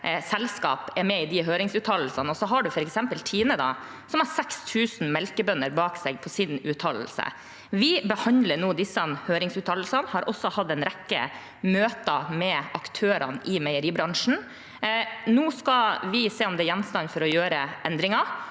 selskap – med i de høringsuttalelsene, mens Tine har 6 000 melkebønder bak sin høringsuttalelse. Vi behandler nå disse høringsuttalelsene og har også hatt en rekke møter med aktørene i meieribransjen. Nå skal vi se om vi skal gjøre endringer.